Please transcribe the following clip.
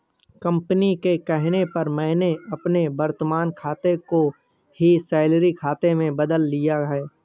company के कहने पर मैंने अपने वर्तमान खाते को ही सैलरी खाते में बदल लिया है